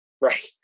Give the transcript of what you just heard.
Right